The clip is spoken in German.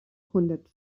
hundert